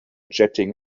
jetting